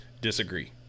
Disagree